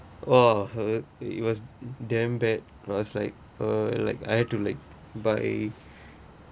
!wah! uh it was damn bad I was like uh like I have to like buy